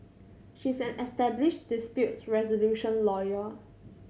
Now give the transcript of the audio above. she's an established disputes resolution lawyer